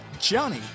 Johnny